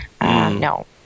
no